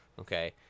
Okay